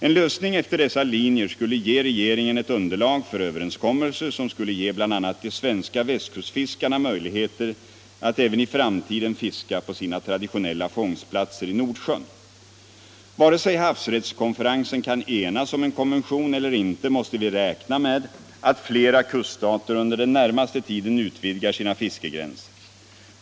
En lösning efter dessa linjer skulle ge regeringen ett underlag för överenskommelser som skulle ge bl.a. de svenska västkustfiskarna möjligheter att även i framtiden fiska på sina traditionella fångstplatser i Nordsjön. Vare sig havsrättskonferensen kan enas om en konvention eller inte, måste vi räkna med att flera kuststater under den närmaste tiden utvidgar sina fiskegränser.